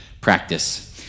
Practice